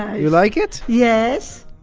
you like it? yes!